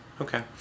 Okay